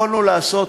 יכולנו לעשות